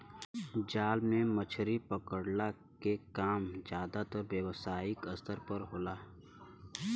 जाल से मछरी पकड़ला के काम जादातर व्यावसायिक स्तर पे होला